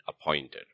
appointed